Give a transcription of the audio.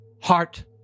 heart